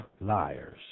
liars